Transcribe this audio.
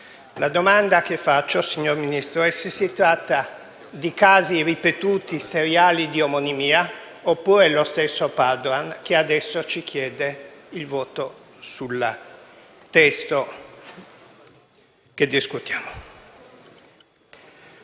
La domanda che faccio, signor Ministro, è se si tratta di casi ripetuti e seriali di omonimia oppure se è lo stesso Padoan che adesso ci chiede il voto sul testo che discutiamo.